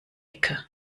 ecke